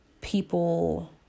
people